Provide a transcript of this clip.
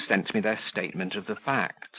who sent me their statement of the facts.